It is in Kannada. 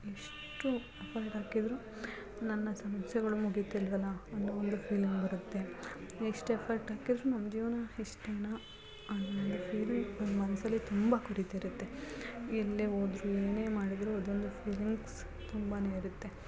ಎಷ್ಟು ಎಫರ್ಟ್ ಹಾಕಿದ್ರು ನನ್ನ ಸಮಸ್ಯೆಗಳು ಮುಗೀತಿಲ್ಲವಲ್ಲ ಅನ್ನೋ ಒಂದು ಫೀಲಿಂಗ್ ಬರುತ್ತೆ ಎಷ್ಟು ಎಫರ್ಟ್ ಹಾಕಿದ್ರು ನನ್ನ ಜೀವನ ಇಷ್ಟೇನಾ ಅನ್ನೋ ಒಂದು ಫೀಲು ನನ್ನ ಮನ್ಸಲ್ಲಿ ತುಂಬ ಕೊರೀತಿರುತ್ತೆ ಎಲ್ಲೇ ಹೋದ್ರು ಏನೇ ಮಾಡಿದರೂ ಅದೊಂದು ಫೀಲಿಂಗ್ಸ್ ತುಂಬ ಇರುತ್ತೆ